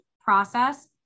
process